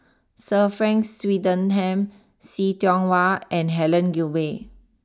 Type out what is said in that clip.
Sir Frank Swettenham see Tiong Wah and Helen Gilbey